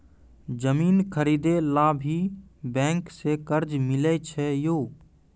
जमीन खरीदे ला भी बैंक से कर्जा मिले छै यो?